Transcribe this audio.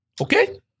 Okay